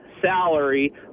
salary